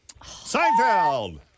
Seinfeld